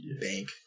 bank